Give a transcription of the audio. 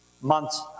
months